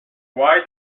why